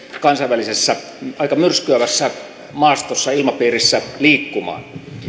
kansainvälisessä aika myrskyävässä maastossa ilmapiirissä liikkumaan